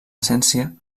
essència